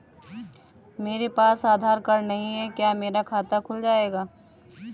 मेरे पास आधार कार्ड नहीं है क्या मेरा खाता खुल जाएगा?